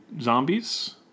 zombies